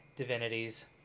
divinities